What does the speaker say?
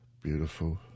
beautiful